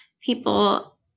people